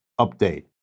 Update